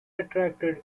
attracted